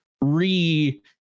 re